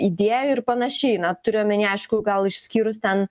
idėjų ir panašiai na turiu omeny aišku gal išskyrus ten